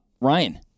Ryan